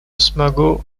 смогу